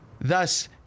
Thus